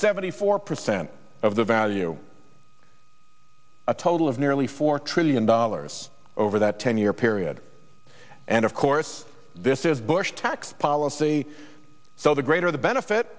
seventy four percent of the value a total of nearly four trillion dollars over that ten year period and of course this is bush tax policy so the greater the benefit